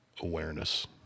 awareness